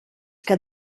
que